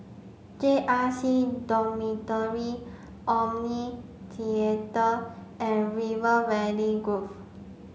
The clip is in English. J R C Dormitory Omni Theatre and River Valley Grove